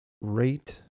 rate